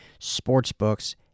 sportsbooks